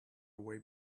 way